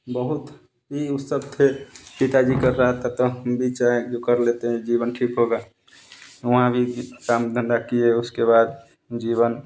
बहुत ही उस सब थे पिताजी कर रहा था तह हम भी चाहें कर लेते हैं जीवन ठीक होगा वहाँ भी काम धंधा किए उसके बाद जीवन